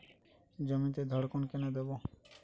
জমিতে ধড়কন কেন দেবো?